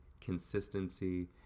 consistency